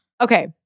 Okay